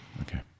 okay